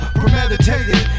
premeditated